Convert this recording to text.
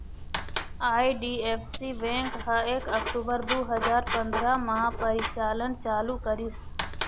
IDFC bank ह एक अक्टूबर दू हजार पंदरा म परिचालन चालू करिस